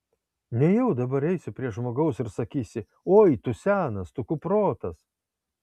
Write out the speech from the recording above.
nejau dabar eisi prie žmogaus ir sakysi oi tu senas tu kuprotas